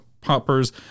poppers